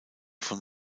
von